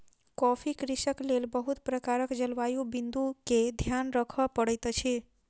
coffee कृषिक लेल बहुत प्रकारक जलवायु बिंदु के ध्यान राखअ पड़ैत अछि